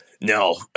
No